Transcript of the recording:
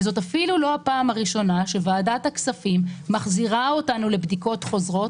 וזאת אפילו לא הפעם הראשונה שוועדת הכספים מחזירה אותנו לבדיקות חוזרות